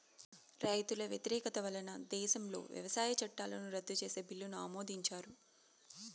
రైతుల వ్యతిరేకత వలన దేశంలో వ్యవసాయ చట్టాలను రద్దు చేసే బిల్లును ఆమోదించారు